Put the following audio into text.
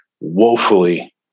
woefully